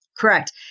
Correct